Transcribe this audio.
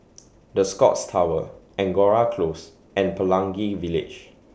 The Scotts Tower Angora Close and Pelangi Village